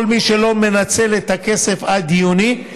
כל מי שלא מנצל את הכסף עד יוני,